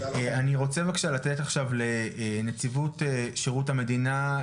אני רוצה בבקשה לתת עכשיו לנציבות שירות המדינה,